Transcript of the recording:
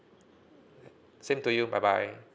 same to you bye bye